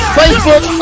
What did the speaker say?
facebook